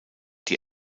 die